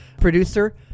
producer